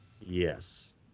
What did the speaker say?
Yes